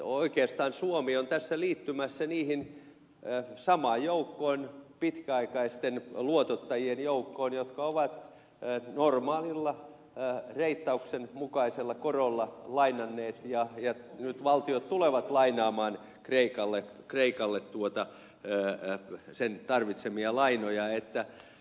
oikeastaan suomi on tässä liittymässä siihen samaan joukkoon pitkäaikaisten luotottajien joukkoon jotka ovat normaalilla reittauksen mukaisella korolla lainanneet ja nyt valtiot tulevat lainaamaan kreikalle sen tarvitsemia lainoja